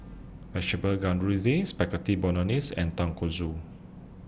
Vegetable Spaghetti Bolognese and Tonkatsu